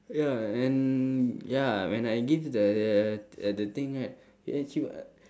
ya and ya when I give the the uh the thing right